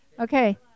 Okay